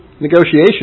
Negotiation